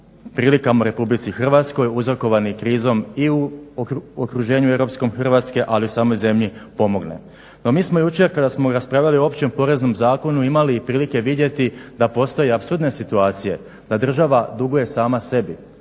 prilikama u RH uzrokovanih krizom i u okruženju europskom hrvatske ali u samoj zemlji pomogne. No mi smo jučer kada smo raspravljali o Opće poreznom zakonu raspravljali imati prilike vidjeti da postoje apsurdne situacije, da država duguje sama sebi,